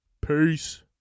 Peace